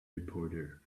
reporter